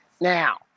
Now